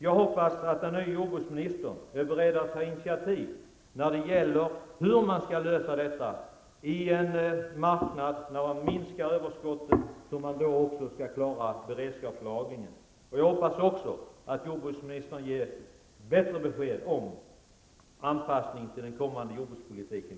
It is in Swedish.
Jag hoppas att den nye jordbruksministern är beredd att ta initiativ till åtgärder för att lösa problemet hur man i en marknad med en minskning av överskotten skall kunna klara beredskapslagringen. Jag hoppas också att jordbruksministern kommer att ge ett bättre besked om anpassningen till EG av den kommande jordbrukspolitiken.